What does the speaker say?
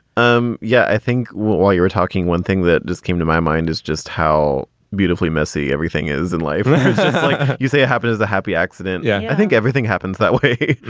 um yeah. i think while you were talking, one thing that just came to my mind is just how beautifully messy everything is in life. like you say, it happened as a happy accident. yeah, i think everything happens that way.